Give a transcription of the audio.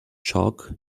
chalk